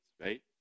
right